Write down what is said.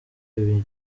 ibigo